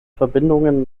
verbindungen